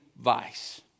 vice